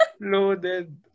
Loaded